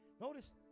Notice